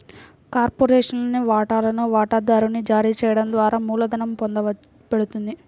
కార్పొరేషన్లోని వాటాలను వాటాదారునికి జారీ చేయడం ద్వారా మూలధనం పొందబడుతుంది